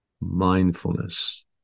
mindfulness